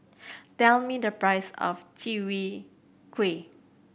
tell me the price of Chwee Kueh